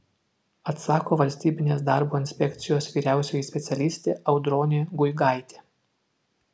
atsako valstybinės darbo inspekcijos vyriausioji specialistė audronė guigaitė